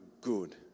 good